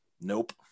Nope